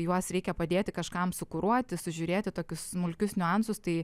juos reikia padėti kažkam sukuruoti sužiūrėti tokius smulkius niuansus tai